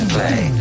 Play